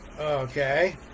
Okay